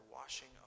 washing